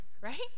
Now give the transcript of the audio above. right